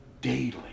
daily